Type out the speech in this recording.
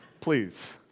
Please